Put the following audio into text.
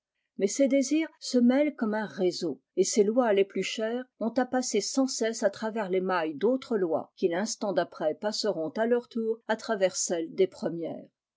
mais ses désirs se mêlent comme un réseau et ses lois les plus chères ont à passer sans cesse à travers les mailles d'autres lois qui l'instant d'aj rès passeront à leur tour à travers celles des premières